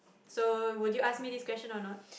so would you ask me this question or not